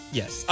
yes